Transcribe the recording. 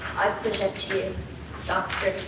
i present to you dr.